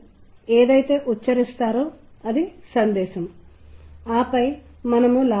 మీరు మీ మొబైల్ ఫోన్లను చూస్తున్నట్లయితే మీరు మీ ఫోన్లను స్వంతంగా ఎందుకు తీసుకుంటారు అంటే రింగ్టోన్ లు అని చెప్పవచ్చు